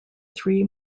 three